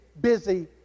Busy